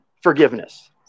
forgiveness